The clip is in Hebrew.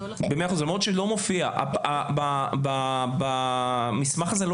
למרות שלא מופיע במסמך הזה?